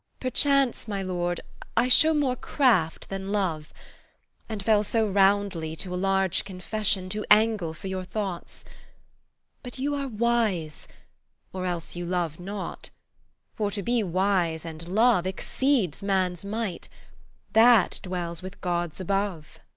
perchance, my lord, i show more craft than love and fell so roundly to a large confession to angle for your thoughts but you are wise or else you love not for to be wise and love exceeds man's might that dwells with gods above.